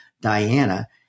Diana